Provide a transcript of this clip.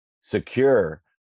secure